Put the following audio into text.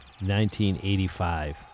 1985